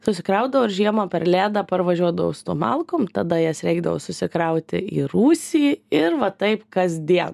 susikraudavau ir žiemą per ledą parvažiuodavau su tom malkom tada jas reikdavo susikrauti į rūsį ir va taip kasdien